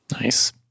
Nice